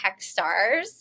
Techstars